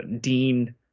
Dean